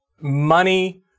money